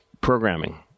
programming